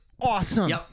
awesome